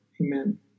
Amen